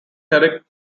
herrick